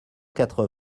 quatre